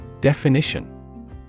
Definition